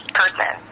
person